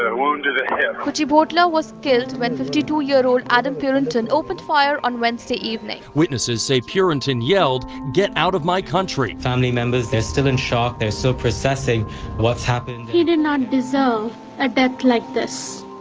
ah wound to the hip kuchibhotla was killed when fifty two year old adam purinton opened fire on wednesday evening witnesses say purinton yelled, get out of my country family members, they're still in shock. they're still so processing what's happened and. he did not deserve so a death like this